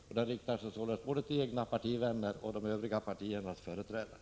Den riktar sig således både till mina egna partivänner och till de övriga partiernas företrädare.